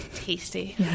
tasty